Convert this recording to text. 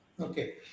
okay